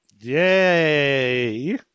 Yay